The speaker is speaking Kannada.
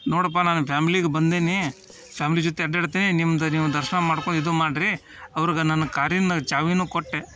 ನೋಡಪ್ಪ ನಾನು ಫ್ಯಾಮ್ಲಿಗೆ ಬಂದೇನಿ ಫ್ಯಾಮ್ಲಿ ಜೊತೆ ಅಡ್ಡಾಡ್ತೀನಿ ನಿಮ್ದು ನೀವು ದರ್ಶನ ಮಾಡ್ಕೊಂಡ್ ಇದು ಮಾಡಿರಿ ಅವ್ರಿಗ ನನ್ನ ಕಾರಿಂದು ಚಾವಿನೂ ಕೊಟ್ಟೆ